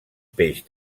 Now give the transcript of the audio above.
peix